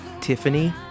Tiffany